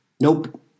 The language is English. Nope